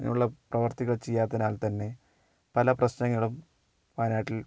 ഇങ്ങനെയുള്ള പ്രവർത്തിക്കൾ ചെയ്യാത്തതിനാൽ തന്നെ പല പ്രശ്നങ്ങളും വയനാട്ടിൽ